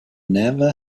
never